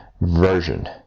version